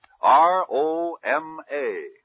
R-O-M-A